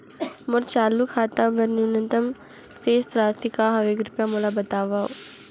मोर चालू खाता बर न्यूनतम शेष राशि का हवे, कृपया मोला बतावव